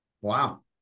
Wow